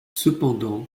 cependant